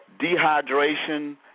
dehydration